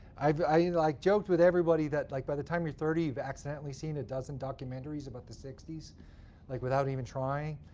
i i mean like joked with everybody that like by the time you're thirty, you've accidentally seen a dozen documentaries about the sixty s like without even trying.